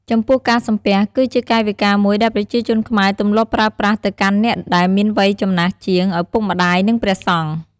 ចំពោះការសំពះ គឺជាកាយវិការមួយដែលប្រជាជនខ្មែរទម្លាប់ប្រើប្រាស់ទៅកាន់អ្នកដែលមានវ័យចំណាស់ជាង ឪពុកម្ដាយ និងព្រះសង្ឃ។